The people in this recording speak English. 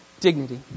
Dignity